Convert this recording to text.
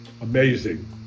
Amazing